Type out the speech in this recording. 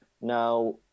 Now